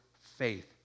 faith